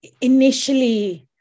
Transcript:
initially